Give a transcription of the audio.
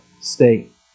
state